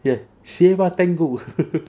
ya saver tango